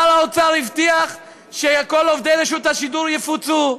שר האוצר הבטיח שכל עובדי רשות השידור יפוצו.